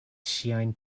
ŝiajn